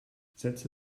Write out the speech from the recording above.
setze